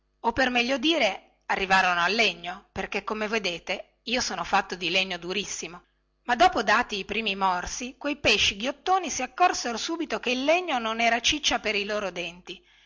o per dir meglio arrivarono al legno perché come vedete io son fatto di legno durissimo ma dopo dati i primi morsi quei pesci ghiottoni si accorsero subito che il legno non era ciccia per i loro denti